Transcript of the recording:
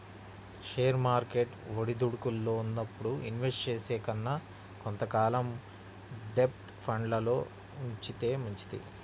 share market ఒడిదుడుకుల్లో ఉన్నప్పుడు invest చేసే కన్నా కొంత కాలం డెబ్ట్ ఫండ్లల్లో ఉంచితే మంచిది